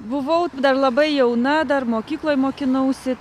buvau dar labai jauna dar mokykloj mokinausi